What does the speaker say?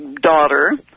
daughter